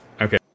Okay